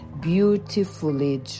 beautifully